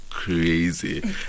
Crazy